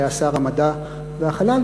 שהיה שר המדע והחלל,